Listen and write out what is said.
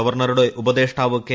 ഗവർണറുടെ ഉപദേഷ്ടാവ് കെ